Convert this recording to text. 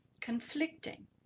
Conflicting